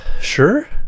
Sure